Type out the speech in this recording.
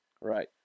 Right